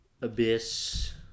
abyss